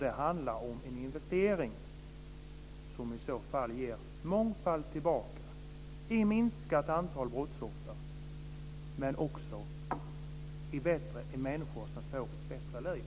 Det handlar om en investering som ger mångfaldigt tillbaka i form av minskat antal brottsoffer men också i form av människor som får ett bättre liv.